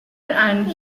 and